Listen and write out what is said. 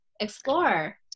Explore